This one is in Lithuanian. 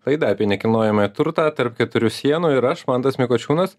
laida apie nekilnojamąjį turtą tarp keturių sienų ir aš mantas mikočiūnas